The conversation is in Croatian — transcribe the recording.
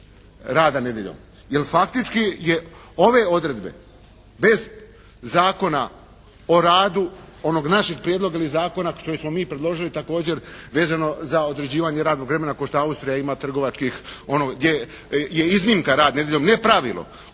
rada nedjeljom, jer faktički ove odredbe bez Zakona o radu, onog našeg prijedloga zakona što smo mi predložili također vezano za određivanje radnog vremena kao što Austrija ima trgovačkih, ono gdje je iznimka rad nedjeljom ne pravilo,